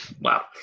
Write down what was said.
Wow